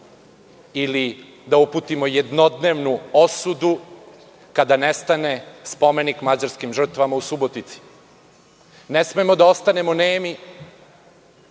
ili da uputimo jednodnevnu osudu kada nestane spomenik mađarskim žrtvama u Subotici. Ne smemo da ostanemo nemi